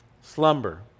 slumber